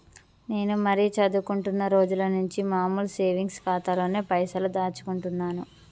నేను మరీ చదువుకుంటున్నా రోజుల నుంచి మామూలు సేవింగ్స్ ఖాతాలోనే పైసలు దాచుకుంటున్నాను